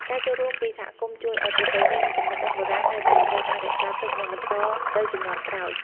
ការចូលរួមពីសហគមន៍ជួយឱ្យប្រពៃណីនិងចំណេះដឹងបុរាណនៅតែត្រូវបានរក្សាទុកនិងបន្តទៅជំនាន់ក្រោយ។